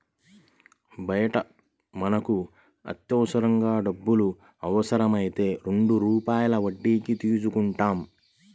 బయట మనకు అత్యవసరంగా డబ్బులు అవసరమైతే రెండు రూపాయల వడ్డీకి తీసుకుంటాం